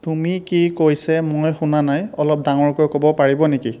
তুমি কি কৈছে মই শুনা নাই অলপ ডাঙৰকৈ ক'ব পাৰিব নেকি